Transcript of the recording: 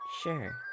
sure